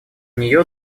нее